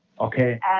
Okay